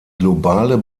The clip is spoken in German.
globale